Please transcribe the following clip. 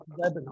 webinar